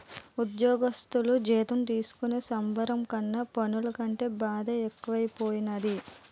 ఉజ్జోగస్థులు జీతం తీసుకునే సంబరం కన్నా పన్ను కట్టే బాదే ఎక్కువైపోనాది